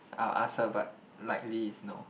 I'll ask her but likely is no